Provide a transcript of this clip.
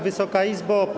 Wysoka Izbo!